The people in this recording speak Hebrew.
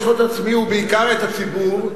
עצמי, ובעיקר את הציבור,